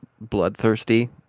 bloodthirsty